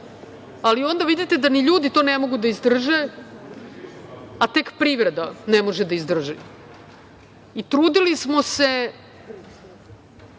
ali onda vidite da ni ljudi ne mogu to da izdrže, a tek privreda ne može da izdrži. Trudili smo se